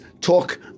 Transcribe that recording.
talk